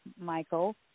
Michael